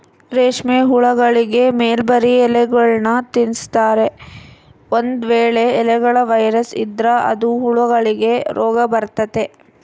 ರೇಷ್ಮೆಹುಳಗಳಿಗೆ ಮಲ್ಬೆರ್ರಿ ಎಲೆಗಳ್ನ ತಿನ್ಸ್ತಾರೆ, ಒಂದು ವೇಳೆ ಎಲೆಗಳ ವೈರಸ್ ಇದ್ರ ಅದು ಹುಳಗಳಿಗೆ ರೋಗಬರತತೆ